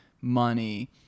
money